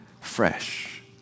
fresh